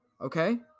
Okay